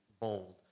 bold